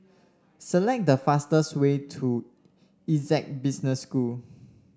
select the fastest way to Essec Business School